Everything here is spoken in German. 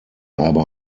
aber